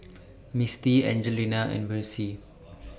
Misty Angelina and Versie